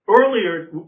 earlier